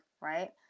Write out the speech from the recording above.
right